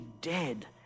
dead